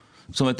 האחת,